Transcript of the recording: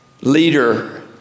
leader